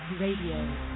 Radio